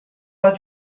pas